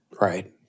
Right